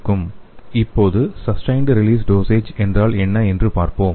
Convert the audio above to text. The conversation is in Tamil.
ஸ்லைடு நேரத்தைப் பார்க்கவும் 0753 இப்போது சஸ்டைண்ட் ரிலீஸ் டோசேஜ் என்றால் என்ன என்று பார்ப்போம்